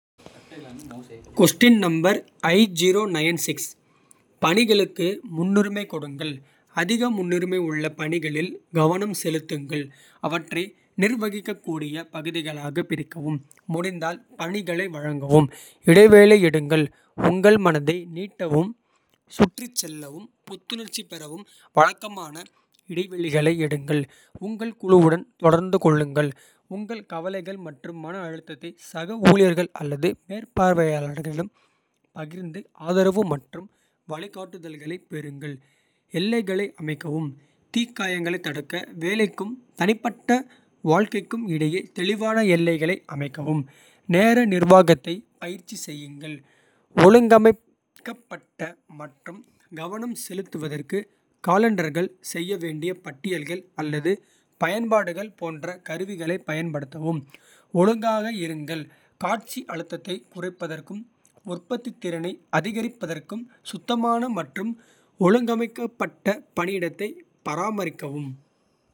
பணிகளுக்கு முன்னுரிமை கொடுங்கள். அதிக முன்னுரிமை உள்ள பணிகளில் கவனம் செலுத்துங்கள். அவற்றை நிர்வகிக்கக்கூடிய பகுதிகளாகப் பிரிக்கவும். முடிந்தால் பணிகளை வழங்கவும் இடைவேளை. எடுங்கள் உங்கள் மனதை நீட்டவும் சுற்றிச் செல்லவும். புத்துணர்ச்சி பெறவும் வழக்கமான இடைவெளிகளை எடுங்கள். உங்கள் குழுவுடன் தொடர்பு கொள்ளுங்கள். உங்கள் கவலைகள் மற்றும் மன அழுத்தத்தை சக ஊழியர்கள். அல்லது மேற்பார்வையாளரிடம் பகிர்ந்து ஆதரவு மற்றும். வழிகாட்டுதல்களைப் பெறுங்கள் எல்லைகளை அமைக்கவும். தீக்காயங்களைத் தடுக்க வேலைக்கும் தனிப்பட்ட. வாழ்க்கைக்கும் இடையே தெளிவான எல்லைகளை அமைக்கவும். நேர நிர்வாகத்தைப் பயிற்சி செய்யுங்கள். ஒழுங்கமைக்கப்பட்ட மற்றும் கவனம். செலுத்துவதற்கு காலெண்டர்கள் செய்ய வேண்டிய பட்டியல்கள். அல்லது பயன்பாடுகள் போன்ற கருவிகளைப் பயன்படுத்தவும். ஒழுங்காக இருங்கள் காட்சி அழுத்தத்தைக். குறைப்பதற்கும் உற்பத்தித்திறனை அதிகரிப்பதற்கும். சுத்தமான மற்றும் ஒழுங்கமைக்கப்பட்ட பணியிடத்தை பராமரிக்கவும்.